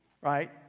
right